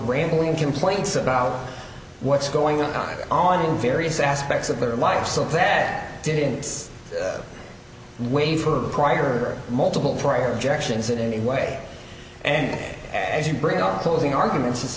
rambling complaints about what's going on in various aspects of their life so that didn't wait for prior multiple prior objections in any way and as you bring up closing argument